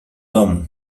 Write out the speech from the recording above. domu